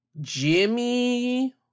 Jimmy